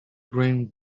grain